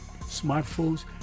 smartphones